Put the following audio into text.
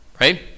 right